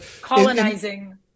Colonizing